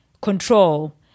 control